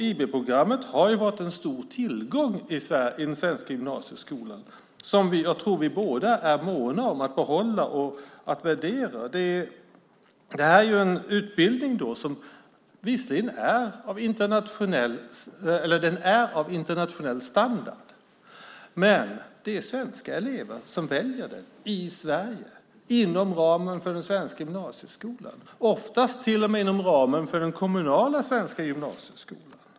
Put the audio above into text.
IB-programmet har ju varit en stor tillgång i den svenska gymnasieskolan som jag tror att vi båda är måna om att behålla och värdera. Det är en utbildning som är av internationell standard, men det är svenska elever som väljer den i Sverige inom ramen för den svenska gymnasieskolan, oftast till och med inom ramen för den kommunala svenska gymnasieskolan.